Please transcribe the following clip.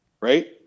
right